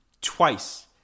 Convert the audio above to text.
twice